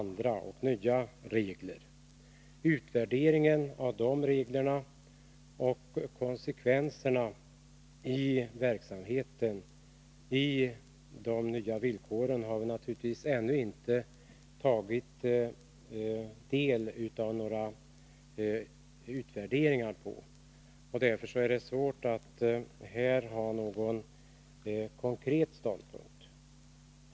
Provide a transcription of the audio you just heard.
Någon utvärdering av konsekvenserna för verksamheten av de nya villkoren har vi naturligtvis ännu inte kunnat ta del av, och därför är det svårt att här ta någon konkret ståndpunkt.